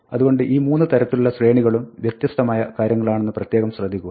അതുകൊണ്ട് ഈ മൂന്ന് തരത്തിലുള്ള ശ്രേണികളും വ്യത്യസ്തമായ കാര്യങ്ങളാണെന്ന് പ്രത്യേകം ശ്രദ്ധിക്കുക